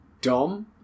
Dom